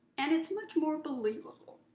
and it's much more believable.